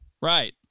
right